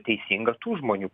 teisinga tų žmonių